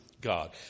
God